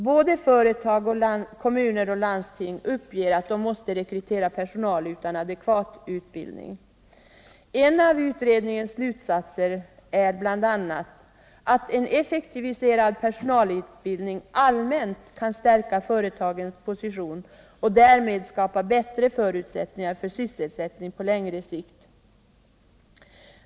Både företag, kommuner och landsting uppger att de måste rekrytera personal utan adekvat utbildning. En av utredningens slutsatser är att en effektiviserad personalutbildning allmänt kan stärka företagens position och därmed skapa bättre förutsättningar för sysselsättning på längre sikt.